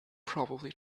probably